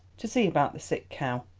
to see about the sick cow,